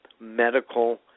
medical